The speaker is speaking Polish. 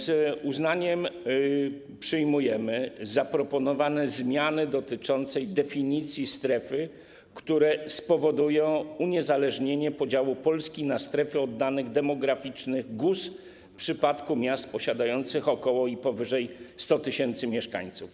Z uznaniem przyjmujemy zaproponowane zmiany dotyczące definicji strefy, które spowodują uniezależnienie podziału Polski na strefy od danych demograficznych GUS w przypadku miast posiadających około i powyżej 100 tys. mieszkańców.